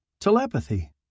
Telepathy